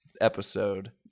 episode